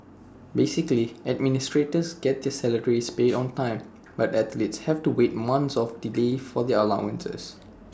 basically administrators get their salaries paid on time but athletes have to wait months of delay for their allowances